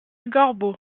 gorbeau